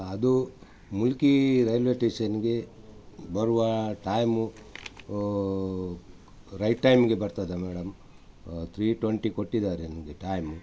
ಅದು ಮುಲ್ಕಿ ರೈಲ್ವೆ ಟೇಷನ್ನಿಗೆ ಬರುವ ಟಾಯ್ಮು ರೈಟ್ ಟೈಮಿಗೆ ಬರ್ತದಾ ಮೇಡಮ್ ತ್ರೀ ಟ್ವೆಂಟಿ ಕೊಟ್ಟಿದ್ದಾರೆ ನನಗೆ ಟಾಯ್ಮು